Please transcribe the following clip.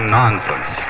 nonsense